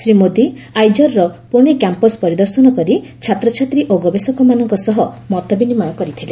ଶ୍ରୀ ମୋଦି ଆଇଜର୍ର ପୁନେ କ୍ୟାମ୍ପସ ପରିଦର୍ଶନ କରି ଛାତ୍ରଛାତ୍ରୀ ଓ ଗବେଷକମାନଙ୍କ ସହ ମତ ବିନିମୟ କରିଥିଲେ